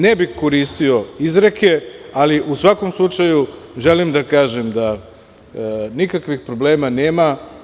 Ne bih koristio izreke, ali u svakom slučaju želim da kažem da nikakvih problema nema.